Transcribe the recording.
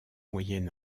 moyen